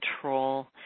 control